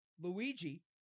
Luigi